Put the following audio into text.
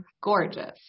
gorgeous